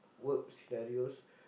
work scenarios